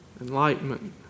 enlightenment